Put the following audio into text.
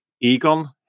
Egon